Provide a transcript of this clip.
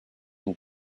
and